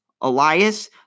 Elias